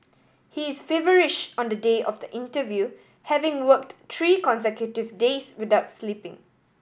he is feverish on the day of the interview having worked three consecutive days without sleeping